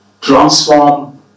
transform